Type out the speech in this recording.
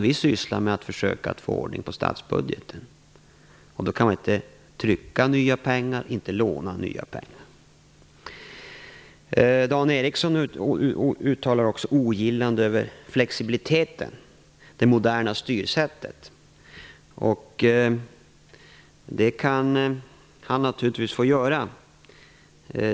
Vi sysslar med att försöka att få ordning på statsbudgeten. Då kan man varken trycka eller låna nya pengar. Dan Ericsson uttalade också ogillande över flexibiliteten, det moderna styrsättet. Det kan han naturligtvis få göra.